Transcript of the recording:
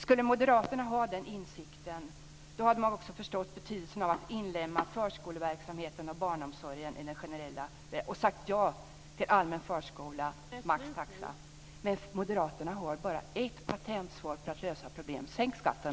Hade moderaterna haft den insikten skulle man också förstått betydelsen av att inlemma förskoleverksamheten och barnomsorgen i den generella välfärden och sagt ja till allmän förskola och maxtaxa. Men moderaterna har bara ett patentsvar för att lösa problem: Sänk skatten!